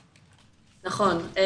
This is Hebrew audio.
נכון,